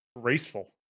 graceful